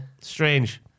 Strange